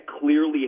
clearly